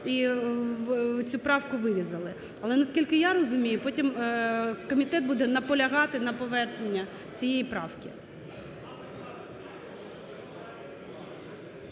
і цю правку вирізали. Але, наскільки я розумію, потім комітет буде наполягати на поверненні цієї правки.